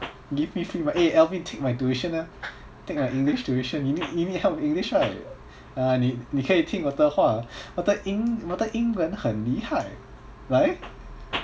give me free eh alvin take my tuition eh take my english tuition you need you need help with english right ah 你你可以听我的话我的英我的英文很厉害 right